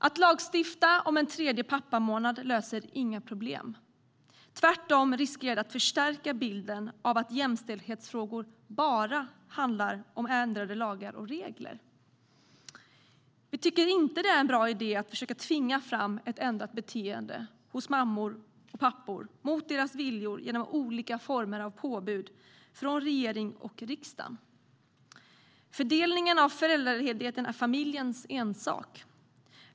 Att lagstifta om en tredje pappamånad löser inga problem, utan tvärtom riskerar det att förstärka bilden av att jämställdhetsfrågor bara handlar om ändrade lagar och regler. Vi tycker inte att det är en bra idé att försöka tvinga fram ett ändrat beteende hos alla mammor och pappor mot deras vilja genom olika former av påbud från regering och riksdag. Fördelningen av föräldraledigheten är familjens ensak.